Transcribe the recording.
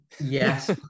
Yes